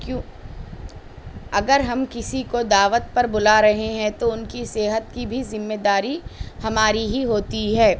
کیوں اگر ہم کسی کو دعوت پر بلا رہے ہیں تو ان کی صحت کی بھی ذمہ داری ہماری ہی ہوتی ہے